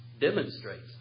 demonstrates